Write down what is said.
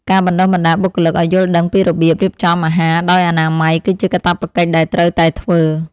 ការបណ្តុះបណ្តាលបុគ្គលិកឱ្យយល់ដឹងពីរបៀបរៀបចំអាហារដោយអនាម័យ គឺជាកាតព្វកិច្ចដែលត្រូវតែធ្វើ។